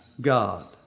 God